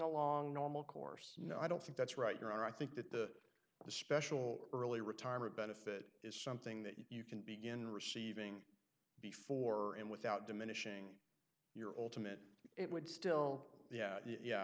along normal course no i don't think that's right around i think that the special early retirement benefit is something that you can begin receiving before and without diminishing your ultimate it would still yeah yeah